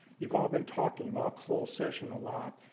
you've all been talking about closed session a lot,